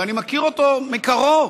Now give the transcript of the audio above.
ואני מכיר אותו מקרוב.